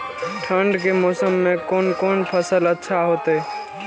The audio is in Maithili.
ठंड के मौसम में कोन कोन फसल अच्छा होते?